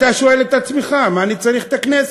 אתה שואל את עצמך: מה אני צריך את הכנסת?